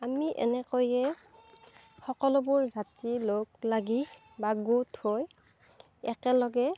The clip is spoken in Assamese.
আমি এনেকৈয়ে সকলোবোৰ জাতি লগ লাগি বা গোট হৈ একেলগে